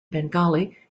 bengali